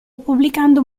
pubblicando